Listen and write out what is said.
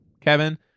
Kevin